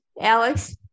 Alex